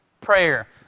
Prayer